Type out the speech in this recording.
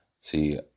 See